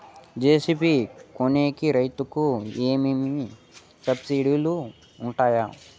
JCB కొనేకి రైతుకు ఏమేమి సబ్సిడి లు వుంటాయి?